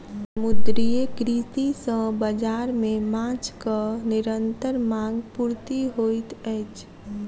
समुद्रीय कृषि सॅ बाजार मे माँछक निरंतर मांग पूर्ति होइत अछि